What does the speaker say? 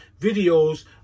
Videos